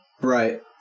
Right